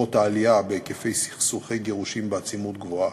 למרות העלייה בהיקף סכסוכי הגירושין בעצימות גבוהה.